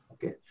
Okay